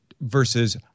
versus